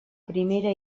primera